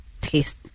taste